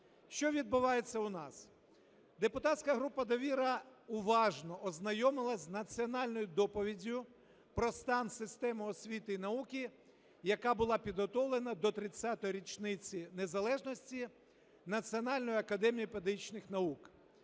Що відбувається у нас? Депутатська група довіра уважно ознайомилась з національною доповіддю про стан системи освіти і науки, яка була підготовлена до 30-річниці Незалежності Національною академією педагогічних наук,